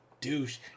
douche